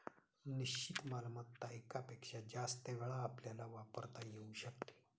निश्चित मालमत्ता एकापेक्षा जास्त वेळा आपल्याला वापरता येऊ शकते